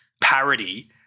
Parody